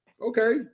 okay